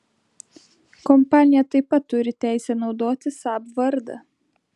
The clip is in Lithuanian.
kompanija taip pat turi teisę naudoti saab vardą